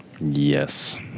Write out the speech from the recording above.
Yes